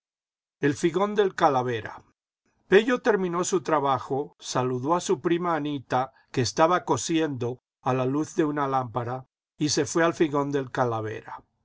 el figón del calavera pello terminó su trabajo saludó a su prima anita que estaba cosiendo a la luz de una lámpara y se fué al figón del calavera